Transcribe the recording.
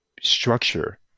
structure